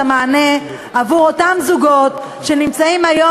המענה עבור אותם זוגות שנמצאים היום,